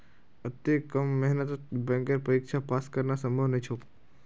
अत्ते कम मेहनतत बैंकेर परीक्षा पास करना संभव नई छोक